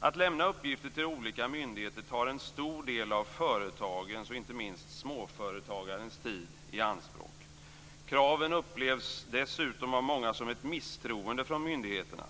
Att lämna uppgifter till olika myndigheter tar en stor del av företagens och inte minst småföretagarens tid i anspråk. Kraven upplevs dessutom av många som ett misstroende från myndigheterna.